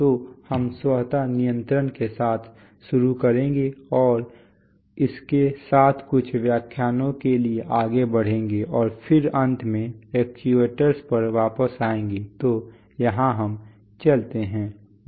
तो हम स्वत नियंत्रण के साथ शुरू करेंगे और उसके साथ कुछ व्याख्यानों के लिए आगे बढ़ेंगे और फिर अंत में एक्चुएटर्स पर वापस आएंगे तो यहां हम चलते हैं